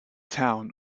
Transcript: town